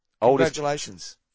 Congratulations